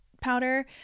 powder